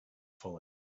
follow